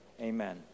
amen